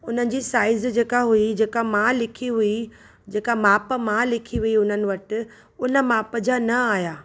हुननि जी साईज़ जेका हुई जेका मां लिखी हुई जेका माप मां लिखी हुई उननि वटि उन माप जा न आया